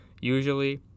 usually